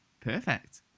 perfect